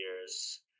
years